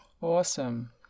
Awesome